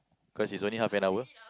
cause it's only half an hour